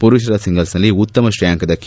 ಪುರುಷರ ಸಿಂಗಲ್ಸ್ನಲ್ಲಿ ಉತ್ತಮ ಶ್ರೇಯಾಂಕದ ಕೆ